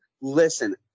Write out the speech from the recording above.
listen